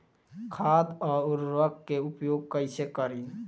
खाद व उर्वरक के उपयोग कईसे करी?